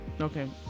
okay